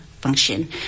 function